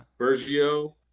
Bergio